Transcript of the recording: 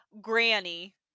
granny